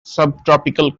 subtropical